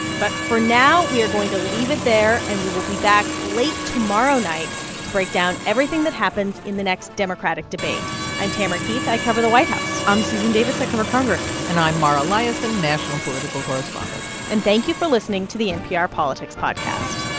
but for now, we are going to leave it there. and we will be back late tomorrow night to break down everything that happens in the next democratic debate i'm tamara keith. i cover the white house i'm susan davis. i cover congress and i'm mara liasson, national political correspondent and thank you for listening to the npr politics podcast